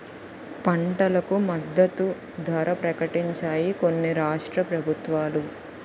పంటలకు మద్దతు ధర ప్రకటించాయి కొన్ని రాష్ట్ర ప్రభుత్వాలు